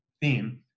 theme